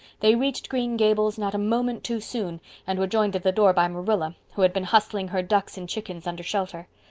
they reached green gables not a moment too soon and were joined at the door by marilla, who had been hustling her ducks and chickens under shelter.